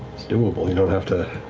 it's doable, you don't have to,